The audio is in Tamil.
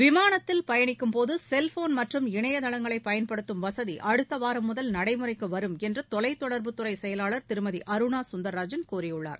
விமானத்தில் பயணிக்கும்போது செல்போன் மற்றும் இணையதளங்களை பயன்படுத்தும் வசதி அடுத்த வாரம் முதல் நடைமுறைக்கு வரும் என்று தொலைத்தொடர்புத்துறை செயவாளர் திருமதி அருணா சுந்தரராஜன் கூறியுள்ளார்